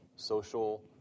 social